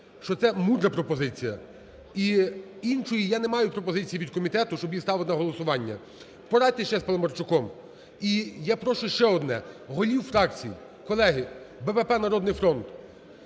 що це мудра пропозиція. І іншої я не маю пропозиції від комітету, щоб її ставити на голосування. Порадьтесь ще з Паламарчуком. І я прошу ще одне, голів фракцій. Колеги, "БПП", "Народний фронт",